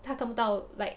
他看不到 like